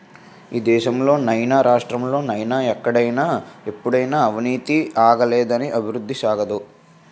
ఈ దేశంలో నైనా రాష్ట్రంలో నైనా ఎక్కడైనా ఎప్పుడైనా అవినీతి ఆగనిదే అభివృద్ధి సాగదు